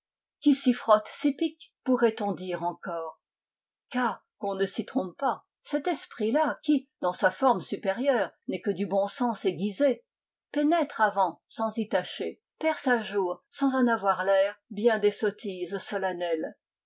qui s'y frotte s'y pique pourrait-on dire encore car qu'on ne s'y trompe pas cet esprit là qui dans sa forme supérieure n'est que du bon sens aiguisé pénètre avant sans y tâcher perce à jour sans en avoir l'air bien des sottises solennelles